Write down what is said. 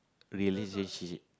relationship